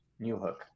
Newhook